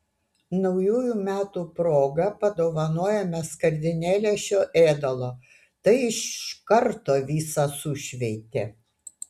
naujųjų metų proga padovanojome skardinėlę šio ėdalo tai iš karto visą sušveitė